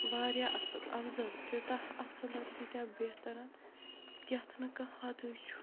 واریاہ اَصٕل اَفضَل تیوٗتاہ اَصلَن تیٖتیٛاہ بہترَن یَتھ نہٕ کانٛہہ حَدٕے چھُ